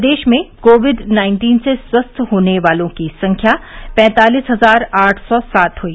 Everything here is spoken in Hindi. प्रदेश में कोविड नाइन्टीन से स्वस्थ होने वालों की संख्या पैंतालीस हजार आठ सौ सात हुई